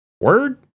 Word